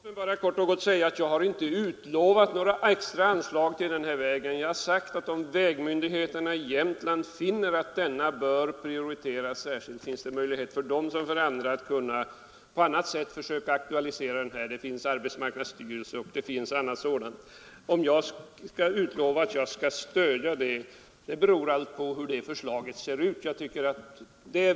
Fru talman! Låt mig bara helt kort säga att jag inte har utlovat några extra anslag till den väg det gäller. Jag har bara sagt att vägmyndigheterna i Jämtland, om de finner att denna väg bör prioriteras särskilt, har möjligheter att på annat sätt aktualisera detta, via arbetsmarknadsstyrelsen eller på annan väg. Om jag skall utlova att jag skall stödja ett sådant projekt beror helt på hur förslaget ser ut.